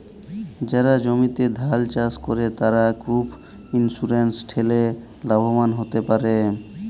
যারা জমিতে ধাল চাস করে, তারা ক্রপ ইন্সুরেন্স ঠেলে লাভবান হ্যতে পারে